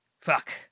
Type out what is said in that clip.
fuck